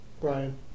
Brian